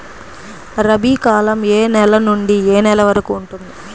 రబీ కాలం ఏ నెల నుండి ఏ నెల వరకు ఉంటుంది?